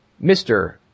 Mr